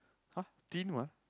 !huh! thin one